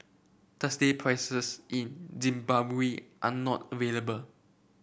Tuesday prices in Zimbabwe are not available